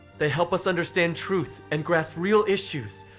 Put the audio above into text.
they help us understand truth and grasp real issues.